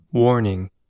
Warning